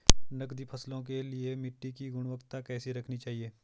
नकदी फसलों के लिए मिट्टी की गुणवत्ता कैसी रखनी चाहिए?